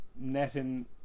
netting